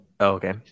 Okay